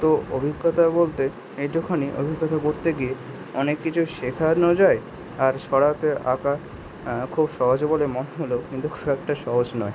তো অভিজ্ঞতা বলতে এইটুখানি অভিজ্ঞতা করতে গিয়ে অনেক কিছু শেখানো যায় আর সরাতে আঁকা খুব সহজ বলে মনে হলেও কিন্তু খুব একটা সহজ নয়